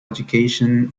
education